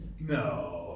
No